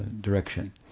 Direction